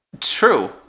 True